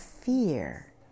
fear